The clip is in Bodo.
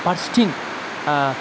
फारसेथिं